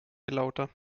lauter